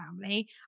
family